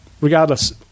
regardless